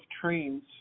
trains